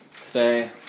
today